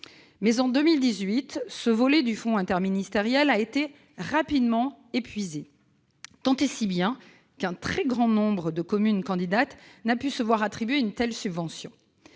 En 2018, ce volet du fonds interministériel a été rapidement épuisé, tant et si bien qu'un très grand nombre de communes candidates n'a pu se voir attribuer une telle subvention.